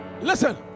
Listen